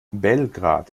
belgrad